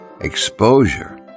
exposure